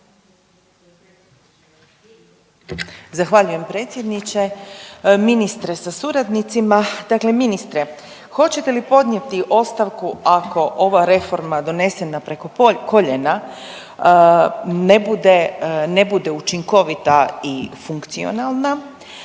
Zahvaljujem predsjedniče. Ministre sa suradnicima, dakle ministre hoćete li podnijeti ostavku ako ova reforma donesena preko koljena ne bude, ne bude učinkovita i funkcionalna